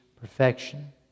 perfection